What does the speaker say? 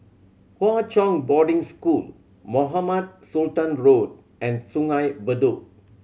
Hwa Chong Boarding School Mohamed Sultan Road and Sungei Bedok